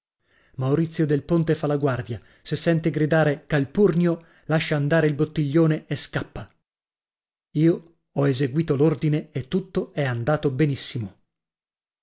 maurizio del ponte fa la guardia se senti gridare calpurnio lascia andare il bottiglione e scappa io ho eseguito l'ordine e tutto è andato benissimo